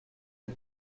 des